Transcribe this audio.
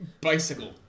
Bicycle